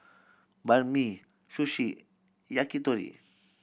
Banh Mi Sushi Yakitori